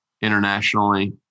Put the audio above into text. internationally